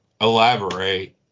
Elaborate